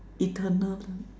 eternal